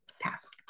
Pass